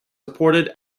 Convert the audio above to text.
reported